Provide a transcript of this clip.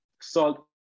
Salt